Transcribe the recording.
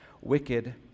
wicked